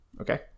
okay